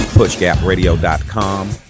pushgapradio.com